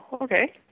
okay